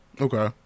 Okay